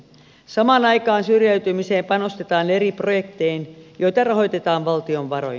samaan aikaan syrjäytymiseen panostetaan eri projektein joita rahoitetaan valtion varoin